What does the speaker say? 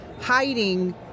hiding